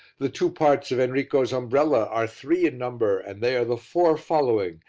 the two parts of enrico's umbrella are three in number and they are the four following,